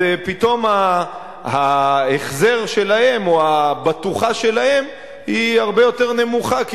פתאום ההחזר שלהם או הבטוחה שלהם היא הרבה יותר נמוכה כי